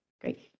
Great